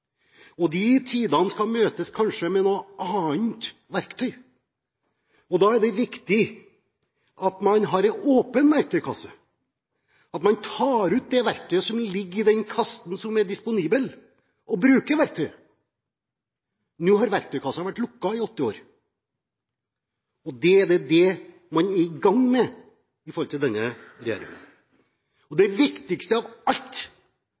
Arbeiderpartiet. De tidene skal kanskje møtes med noe annet verktøy. Da er det viktig at man har en åpen verktøykasse, at man tar ut det verktøyet som ligger i den kassen, og som er disponibelt, og bruker verktøyet. Nå har verktøykassen vært lukket i åtte år. Det er dette man er i gang med i denne regjeringen. Det viktigste av alt